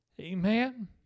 amen